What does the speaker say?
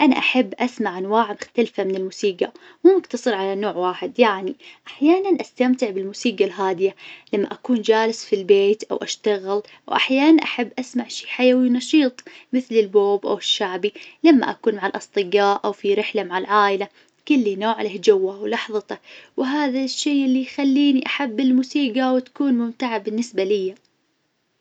أنا أحب أسمع أنواع مختلفة من الموسيقى مو مقتصر على نوع واحد، يعني أحيانا استمتع بالموسيقى الهادية لما أكون جالس في البيت أو أشتغل. وأحيانا أحب أسمع شي حيوي ونشيط مثل البوب أو الشعبي. لما أكون مع الأصدقاء أو في رحلة مع العائلة كل نوع له جوه ولحظته وهذا الشي اللي يخليني أحب الموسيقى وتكون ممتعة بالنسبة ليه.